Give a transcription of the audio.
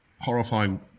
horrifying